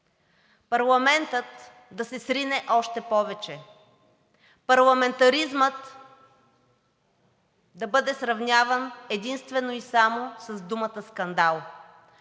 парламентът да се срине още повече, парламентаризмът да бъде сравняван единствено и само с думата скандал,